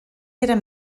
eren